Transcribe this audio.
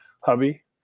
Hubby